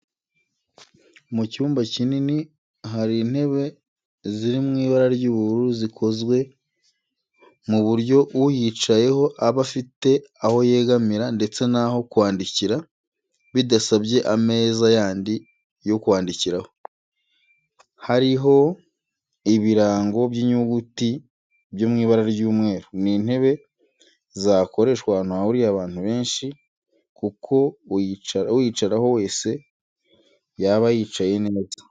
Mu cyumba kinini hari ntebe ziri mu ibara ry'ubururu zikozwe ku buryo uyicayeho aba afite aho yegamira ndetse n'aho kwandikira bidasabye ameza yandi yo kwandikiraho, hariho ibirango by'inyuguti byo mw'ibara ry'umweru. Ni intebe zakoreshwa ahantu hahuriye abantu benshi kuko uwayicaraho wese yaba yicaye neza.